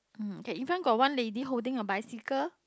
um K in front got one lady holding a bicycle